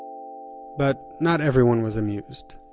but not everyone was amused.